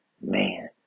Man